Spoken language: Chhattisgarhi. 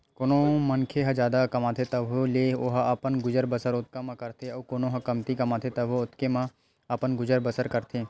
कोनो मनखे ह जादा कमाथे तभो ले ओहा अपन गुजर बसर ओतका म करथे अउ कोनो ह कमती कमाथे तभो ओतके म अपन गुजर बसर करथे